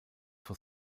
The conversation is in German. for